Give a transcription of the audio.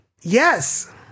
yes